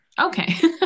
Okay